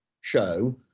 show